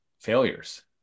failures